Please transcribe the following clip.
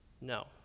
No